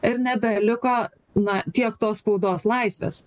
ir nebeliko na tiek tos spaudos laisvės